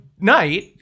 night